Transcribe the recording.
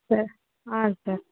sir ಹಾಂ sir